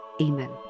Amen